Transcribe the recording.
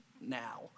now